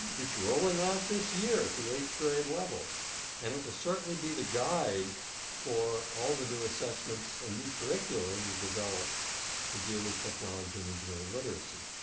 it's rolling out this year at the eighth grade level and it will certainly be the guide for all the new assessments and new curricula that are developed to deal with technology and engineering literacy.